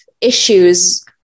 issues